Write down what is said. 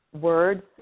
words